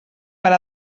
per